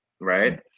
right